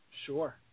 Sure